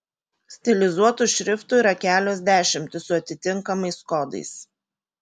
stilizuotų šriftų yra kelios dešimtys su atitinkamais kodais